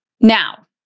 Now